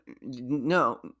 no